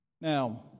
Now